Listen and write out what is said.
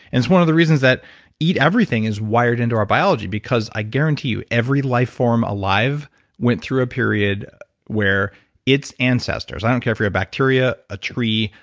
it's one of the reason that eat everything is wired into our biology. because i guarantee you, every life form alive went through a period where its ancestors, i don't care if you're a bacteria, a tree,